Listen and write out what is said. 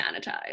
sanitized